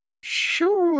Sure